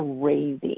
crazy